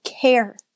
care